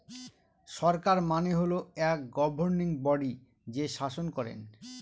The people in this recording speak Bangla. সরকার মানে হল এক গভর্নিং বডি যে শাসন করেন